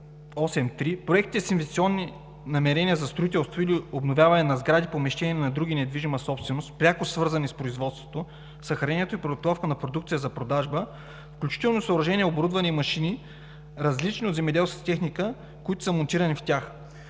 8.3, проектите с инвестиционни намерения за строителство или обновяване на сгради, помещения и на друга недвижима собственост, пряко свързани с производството, съхранението и подготовката на продукцията за продажба, включително съоръжения, оборудване и машини, различни от земеделската техника, които са монтирани в тях,